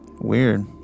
weird